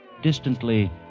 Distantly